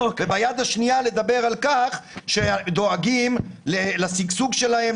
וביד השנייה לדבר על כך שדואגים לסגסוג שלהם,